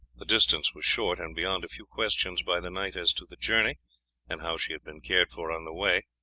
the distance was short, and beyond a few questions by the knight as to the journey and how she had been cared for on the way,